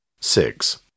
Six